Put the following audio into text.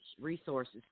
resources